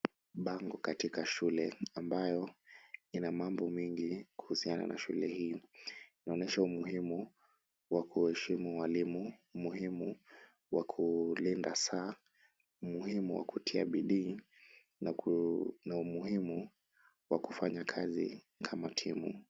Bango katika shule ambayo ina mambo mengi kuhusiana na shule hii. Inaonyesha umuhimu wa kuheshimu walimu, umuhimu wa kulinda saa, umuhimu wa kutia bidii na umuhimu wa kufanya kazi kama timu.